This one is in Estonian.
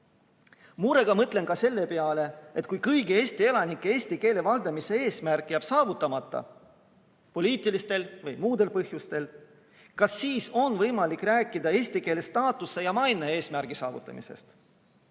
mõtlen ka selle peale, et kui kõigi Eesti elanike eesti keele valdamise eesmärk jääb saavutamata poliitilistel või muudel põhjustel, kas siis on võimalik rääkida eesti keele kõrge staatuse ja maine eesmärgi saavutamisest.